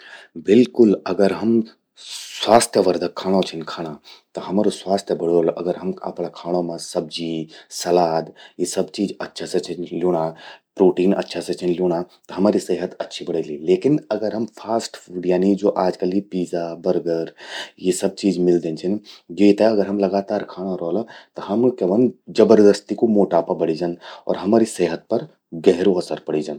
बिल्कुल अगर हम स्वास्थ्यवर्धक खाणों छिन खाणा। त हमरु स्वास्थ्य बण्यू रोलु। अगर हम खाणो मां सब्जी, सलाद यि सब चीज अच्छा से छिन ल्यूणां, प्रोटीन अच्छा स छिन ल्यूणां त हमरि सेहत अच्छि बणेलि लेकिन अगर हम फास्ट फूड यानी आजकल यि पिज्जा, बर्गर..यि सब चीज मिलदिन छिन। येते अगर हम लगातार खाणा रौला त हम क्य व्हंद, जबरदस्ती कू मोटापा बढ़ि जंद और हमरि सेहत पर गहरु असर पड़ि जंद।